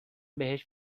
بهش